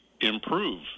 improve